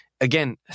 again